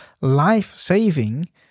life-saving